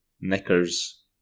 knickers